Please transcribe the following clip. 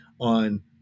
on